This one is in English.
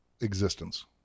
existence